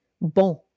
bon